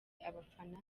abafana